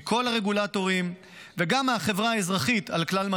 מכל הרגולטורים וגם מהחברה האזרחית על כלל מרכיביה.